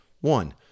One